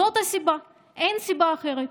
זאת הסיבה, אין סיבה אחרת.